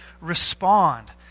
respond